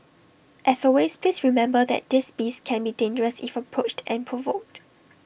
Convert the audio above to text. as always please remember that these beasts can be dangerous if approached and provoked